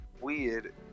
weird